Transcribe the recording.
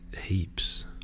heaps